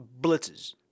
blitzes